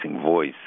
voice